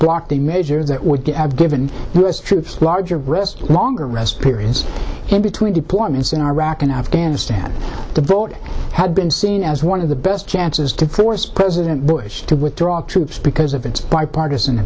blocked a measure that would have given us troops larger rest longer rest periods in between deployments in iraq and afghanistan to vote had been seen as one of the best chances to force president bush to withdraw troops because of its bipartisan